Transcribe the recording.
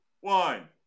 one